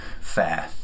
fair